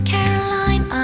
Caroline